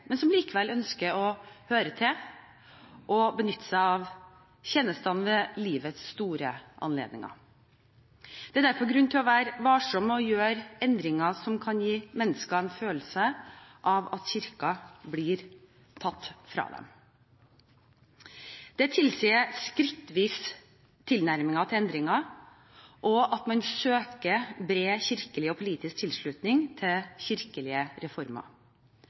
men som likevel ønsker å høre til og benytte seg av tjenestene ved livets store anledninger. Det er derfor grunn til å være varsom med å gjøre endringer som kan gi mennesker en følelse av at kirken blir tatt fra dem. Det tilsier skrittvis tilnærming til endringer og at man søker bred kirkelig og politisk tilslutning til kirkelige reformer.